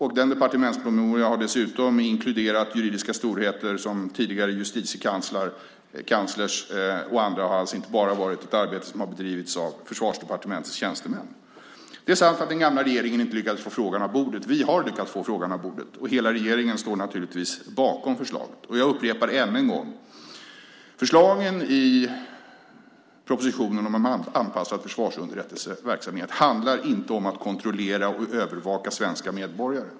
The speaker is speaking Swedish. Denna departementspromemoria har dessutom inkluderat juridiska storheter som tidigare justitiekanslerer och andra. Det har alltså inte bara varit ett arbete som har bedrivits av Försvarsdepartementets tjänstemän. Det är sant att den gamla regeringen inte lyckades få frågan av bordet. Vi har lyckats få frågan av bordet. Och hela regeringen står naturligtvis bakom förslaget. Jag upprepar ännu en gång: Förslagen i propositionen om en anpassad försvarsunderrättelseverksamhet handlar inte om att kontrollera och övervaka svenska medborgare.